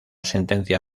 sentencia